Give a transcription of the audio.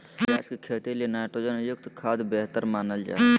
प्याज के खेती ले नाइट्रोजन युक्त खाद्य बेहतर मानल जा हय